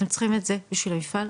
אתם צריכים את זה בשביל המפעל?